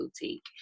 boutique